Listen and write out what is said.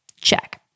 Check